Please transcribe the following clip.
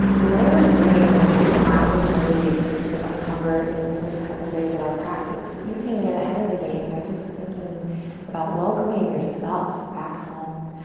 so whatever's bringing you to the mat, we're gonna really kind of uncover in the first couple of days of our practice. but you can get ahead of the game by just thinking about welcoming yourself back home.